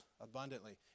abundantly